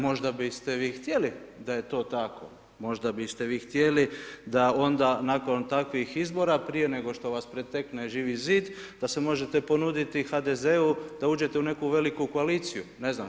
Možda biste vi htjeli da je to tako, možda biste vi htjeli da onda nakon takvih izbora prije nego što vas pretekne Živi zid da se možete ponuditi HDZ-u da uđete u neku veliku koaliciju, ne znam.